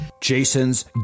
Jason's